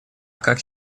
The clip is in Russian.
как